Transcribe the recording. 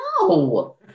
No